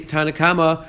Tanakama